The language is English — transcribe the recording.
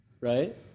Right